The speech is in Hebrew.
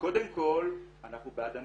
קודם כל אנחנו בעד הנשים.